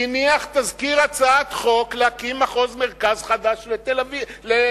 הניח תזכיר הצעת חוק להקים מחוז מרכז חדש למרכז.